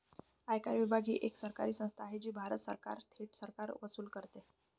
आयकर विभाग ही एक सरकारी संस्था आहे जी भारत सरकारचा थेट कर वसूल करते